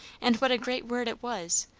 and what a great word it was,